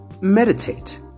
meditate